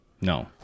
No